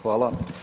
Hvala.